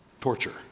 torture